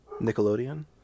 Nickelodeon